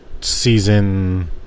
season